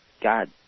God